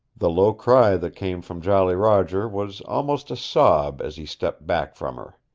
the low cry that came from jolly roger was almost a sob as he stepped back from her.